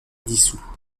dissous